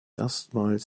erstmals